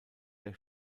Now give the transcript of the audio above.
der